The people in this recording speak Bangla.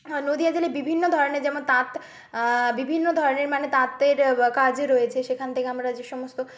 নদীয়া জেলায় বিভিন্ন ধরনের যেমন তাঁত বিভিন্ন ধরনের মানে তাঁতের কাজ রয়েছে সেখান থেকে আমরা যে সমস্ত